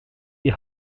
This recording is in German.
die